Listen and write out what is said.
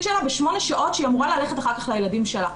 שלה בשמונה שעות שהיא אמורה ללכת אחר כך לילדים שלה,